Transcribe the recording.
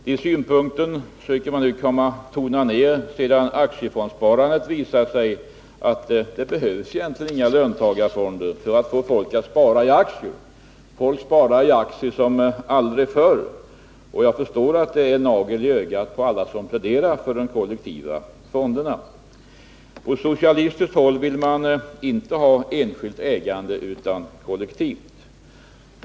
De synpunkterna försöker man nu tona ner sedan aktiefondssparandet visat att det egentligen inte behövs några löntagarfonder för att få folk att spara i aktier. Folk sparar i aktier som aldrig förr. Jag förstår att det är en nagel i ögat för alla som pläderar för de kollektiva fonderna. På socialistiskt håll vill man inte ha enskilt ägande utan kollektivt.